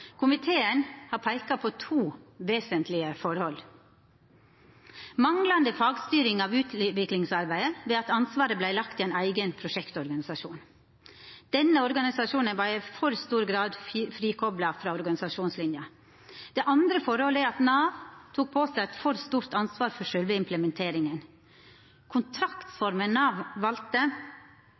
Komiteen har peika på to vesentlege forhold: Det eine er manglande fagstyring av utviklingsarbeidet ved at ansvaret vart lagt i ein eigen prosjektorganisasjon. Denne organisasjonen var i for stor grad frikopla frå organisasjonslinja. Det andre forholdet er at Nav tok på seg eit for stort ansvar for sjølve implementeringa. Kontraktsforma Nav valde,